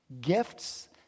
gifts